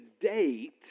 date